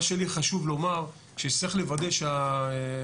מה שלי חשוב לומר שצריך לוודא שהתקצוב